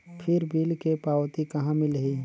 फिर बिल के पावती कहा मिलही?